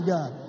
God